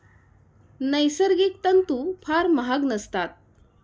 नैसर्गिक तंतू फार महाग नसतात